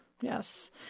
Yes